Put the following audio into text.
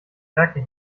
werke